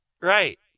Right